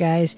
guys